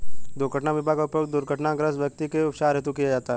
दुर्घटना बीमा का उपयोग दुर्घटनाग्रस्त व्यक्ति के उपचार हेतु किया जाता है